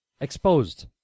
Exposed